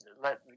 let